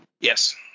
Yes